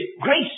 grace